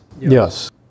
Yes